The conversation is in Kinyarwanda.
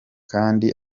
kandi